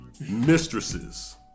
Mistresses